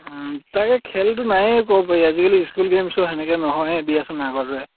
তাকে খেলটো নায়েই ক'ব পাৰি আজিকালি স্কুল গেমছো সেনেকে নহয়েই দিয়াছোন আগৰদৰে